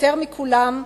יותר מכולם,